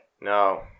no